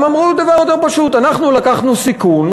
הם אמרו דבר יותר פשוט: אנחנו לקחנו סיכון,